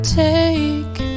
take